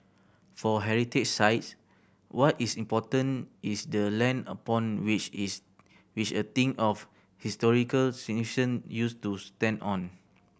for heritage sites what is important is the land upon which is which a thing of historical significance used to stand on